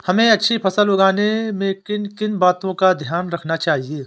हमें अच्छी फसल उगाने में किन किन बातों का ध्यान रखना चाहिए?